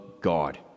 God